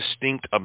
distinct